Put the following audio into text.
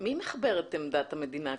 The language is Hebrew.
מי מחבר את עמדת המדינה?